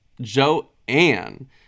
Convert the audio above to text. Joanne